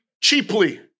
cheaply